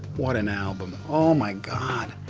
what an album. oh, my god!